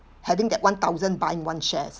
having that one thousand buying in one shares